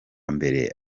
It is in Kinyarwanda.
mbere